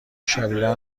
شدیدا